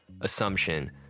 assumption